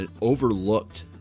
overlooked